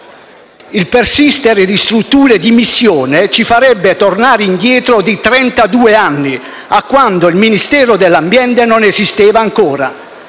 Il persistere di strutture di missione ci farebbe tornare indietro di trentadue anni a quando il Ministero dell'ambiente non esisteva ancora.